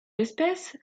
espèce